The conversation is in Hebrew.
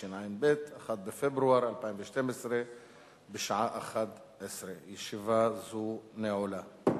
ללא מתנגדים וללא נמנעים, והיא עוברת להמשך